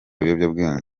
ibiyobyabwenge